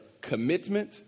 commitment